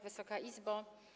Wysoka Izbo!